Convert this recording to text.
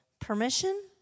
Permission